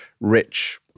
rich